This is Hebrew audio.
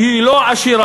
שהיא לא עשירה?